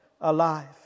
alive